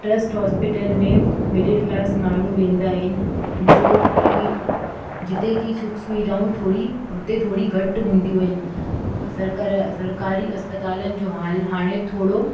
trust hospital में middle class माण्हू वेंदा आहिनि जो कि जिते कि सुख सुविधाऊं थोरी हुते थोरी घटि हूंदियूं आहिनि सरकारुउ सरकारी अस्पतालनि जो हालु हाणे थोरो